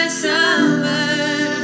summer